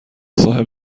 صاحب